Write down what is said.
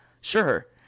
Sure